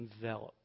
envelop